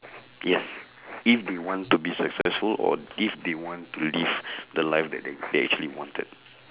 yes if they want to be successful or if they want to live the life that they they actually wanted